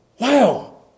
Wow